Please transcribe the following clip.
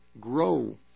grow